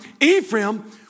Ephraim